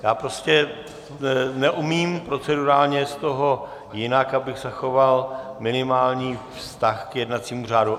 Já prostě neumím procedurálně z toho jinak, abych zachoval minimální vztah k jednacímu řádu.